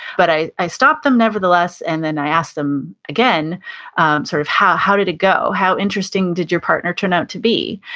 but i i stop them nevertheless and then i ask them again sort of how how did it go? how interesting did your partner turn out to be?